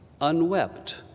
unwept